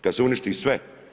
Kada se uništi sve.